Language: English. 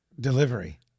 delivery